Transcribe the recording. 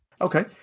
Okay